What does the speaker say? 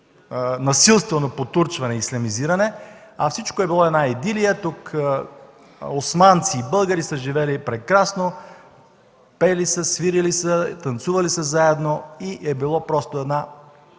насилствено потурчване и ислямизиране, а всичко е било една идилия – тук османци и българи са живели прекрасно, пели са, свирили са, танцували са заедно и е било просто едно